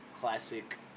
classic